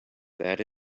that